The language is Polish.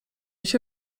się